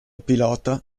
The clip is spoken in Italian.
pilota